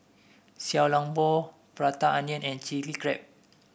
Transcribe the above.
Xiao Long Bao Prata Onion and Chilli Crab